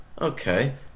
Okay